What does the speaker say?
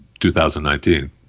2019